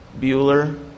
Bueller